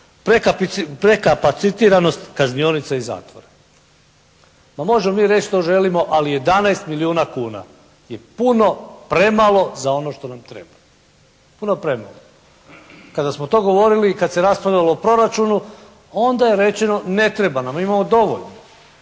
Prekapacitiranost kaznionica i zatvora. Ma možemo mi reći što želimo, ali 11 milijuna kuna je puno premalo za ono što nam treba. Puno premalo. Kada smo to govorili i kada se raspravljalo o proračunu onda je rečeno ne treba nam, imamo dovoljno.